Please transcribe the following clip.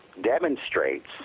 demonstrates